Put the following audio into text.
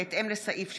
בהתאם לסעיף 73(א)